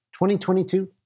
2022